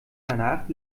danach